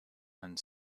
and